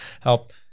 help